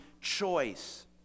choice